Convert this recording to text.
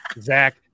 Zach